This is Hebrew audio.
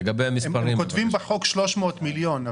הם כותבים בחוק 300 מיליון,